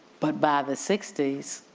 but by the sixty s,